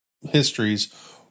histories